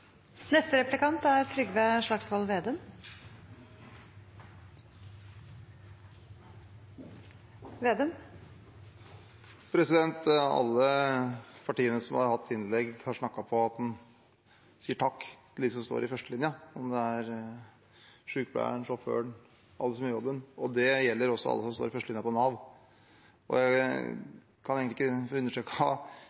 Alle partiene som har hatt innlegg, har snakket om at en sier takk til dem som står i førstelinja, om det er sjukepleieren, sjåføren, alle som gjør jobben, og det gjelder også alle som står i førstelinja på Nav. Jeg